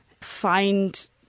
find